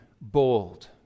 bold